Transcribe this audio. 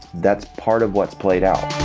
that's part of what's played out